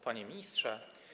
Panie Ministrze!